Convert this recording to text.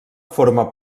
forma